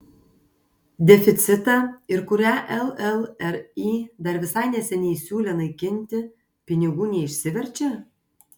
deficitą ir kurią llri dar visai neseniai siūlė naikinti pinigų neišsiverčia